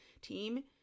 team